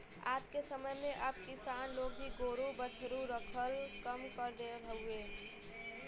आजके समय में अब किसान लोग भी गोरु बछरू रखल कम कर देहले हउव